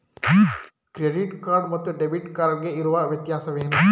Credit card ಮತ್ತು debit card ಗೆ ಇರುವ ವ್ಯತ್ಯಾಸವೇನು?